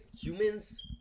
humans